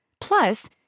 Plus